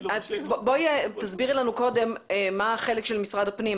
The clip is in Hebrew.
בואי תסבירי לנו קודם מה החלק של משרד הפנים.